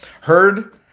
heard